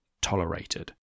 tolerated